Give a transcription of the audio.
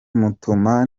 mutuma